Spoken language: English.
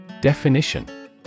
Definition